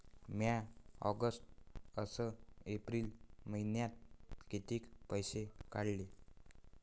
म्या ऑगस्ट अस एप्रिल मइन्यात कितीक पैसे काढले?